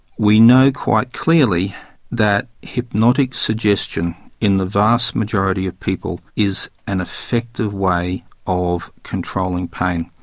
we know quite clearly that hypnotic suggestion in the vast majority of people is an effective way of controlling pain.